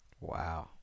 Wow